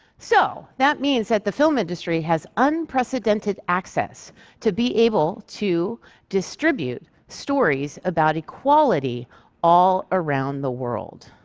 so that means that the film industry has unprecedented access to be able to distribute stories about equality all around the world.